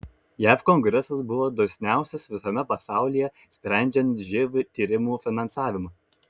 jav kongresas buvo dosniausias visame pasaulyje sprendžiant živ tyrimų finansavimą